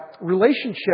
relationship